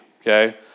okay